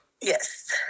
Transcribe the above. Yes